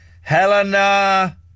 Helena